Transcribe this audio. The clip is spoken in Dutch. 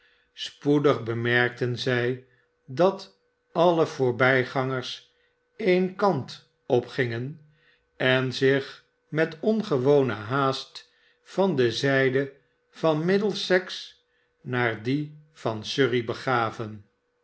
spoedig bemerkten zij dat alle voorbijgangers den kant opgingen en zich met ongewone haast van de zij de van middlesex naar die van surrey begaven